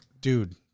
dude